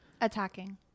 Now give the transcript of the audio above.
Attacking